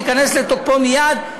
תיכנס לתוקפה מייד.